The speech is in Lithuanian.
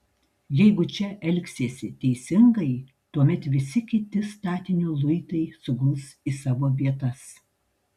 jeigu čia elgsiesi teisingai tuomet visi kiti statinio luitai suguls į savo vietas